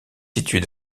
située